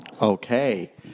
Okay